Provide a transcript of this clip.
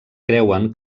creuen